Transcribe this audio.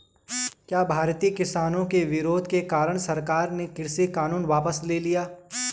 क्या भारतीय किसानों के विरोध के कारण सरकार ने कृषि कानून वापस ले लिया?